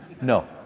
No